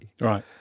Right